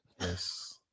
Yes